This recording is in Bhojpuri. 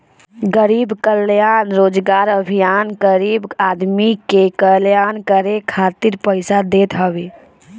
गरीब कल्याण रोजगार अभियान गरीब आदमी के कल्याण करे खातिर सरकार पईसा देत हवे